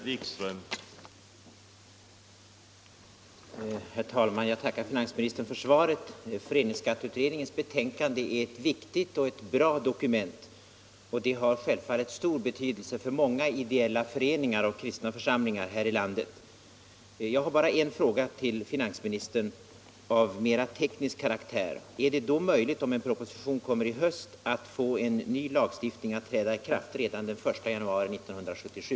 Herr talman! Jag tackar finansministern för svaret. Föreningsskatteutredningens betänkande är ett viktigt och ett bra dokument, och det har självfallet stor betydelse för många ideella föreningar och kristna församlingar här i landet. Jag har nu bara en fråga till finansministern av mer teknisk karaktär: Om en proposition läggs fram i höst, är det då möjligt att få en ny lagstiftning att träda i kraft redan den 1 januari 1977?